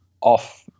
off